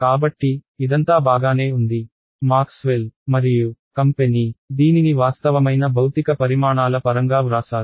కాబట్టి ఇదంతా బాగానే ఉంది మాక్స్వెల్ మరియు కంపెనీ దీనిని వాస్తవమైన భౌతిక పరిమాణాల పరంగా వ్రాసారు